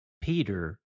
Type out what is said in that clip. Peter